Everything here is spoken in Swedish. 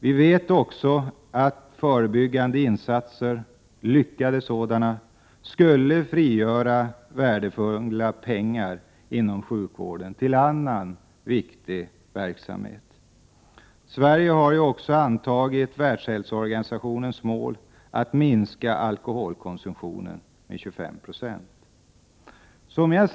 Vi vet också att förebyggande insatser, lyckade sådana, skulle frigöra värdefulla pengar inom sjukvården. De kan gå till annan viktig verksamhet. Sverige har också antagit Världshälsoorganisationens mål att minska alkoholkonsumtionen med 25 9.